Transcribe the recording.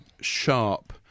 sharp